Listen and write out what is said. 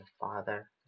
Father